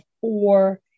four